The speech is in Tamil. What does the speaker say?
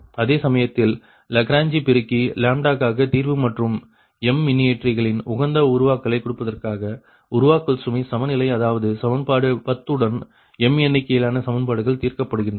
அதேசமயத்தில் லாக்ராங்கே பெருக்கி க்காக தீர்வு மற்றும் m மின்னியற்றிகளின் உகந்த உருவாக்கலை கொடுப்பதற்காக உருவாக்கல் சுமை சமநிலை அதாவது சமன்பாடு 10 உடன் m எண்ணிக்கையிலான சமன்பாடுகள் தீர்க்கப்படுகின்றன